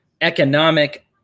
economic